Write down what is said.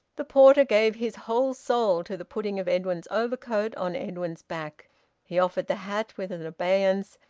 the porter gave his whole soul to the putting of edwin's overcoat on edwin's back he offered the hat with an obeisance,